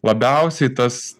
labiausiai tas